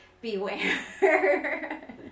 beware